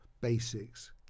basics